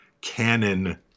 canon